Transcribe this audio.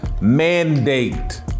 mandate